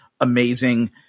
amazing